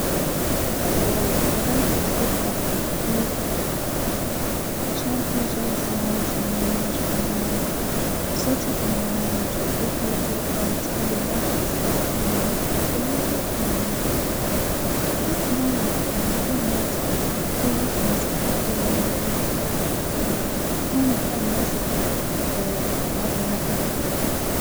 البحر وألا الجبل؟ أكيد طبعًا أكيد أحب البحر، عشان فيه جو هادي وجمال صوت الأمواج والريح اللطيفة تخلي الواحد يسترخي وينسى كل همومه، بعدين كمان البحر مكان ممتع يعني ممكن أسبح فيه وممكن ألعب فيه كمان مكان مناسب للألعاب المائية.